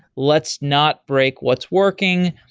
let's not break what's working.